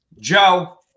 Joe